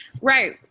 right